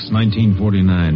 1949